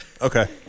Okay